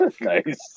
Nice